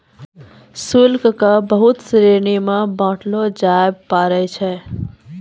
शुल्क क बहुत श्रेणी म बांटलो जाबअ पारै छै